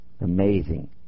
Amazing